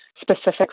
specific